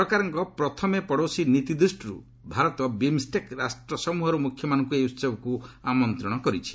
ସରକାରଙ୍କ ପ୍ରଥମେ ପଡ଼ୋଶୀ ନୀତି ଦୃଷ୍ଟିରୁ ଭାରତ ବିମ୍ଷେକ୍ ରାଷ୍ଟ୍ରସମ୍ଭର ମୁଖ୍ୟମାନଙ୍କୁ ଏହି ଉହବକୁ ଆମନ୍ତ୍ରଣ କରିଛି